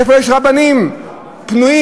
איפה יש רבנים פנויים,